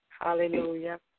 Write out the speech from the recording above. hallelujah